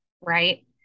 Right